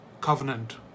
covenant